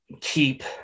keep